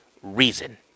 Reason